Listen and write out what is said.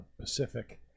Pacific